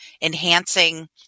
enhancing